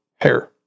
hair